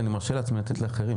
אני מרשה לעצמי לתת לאחרים,